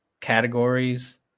categories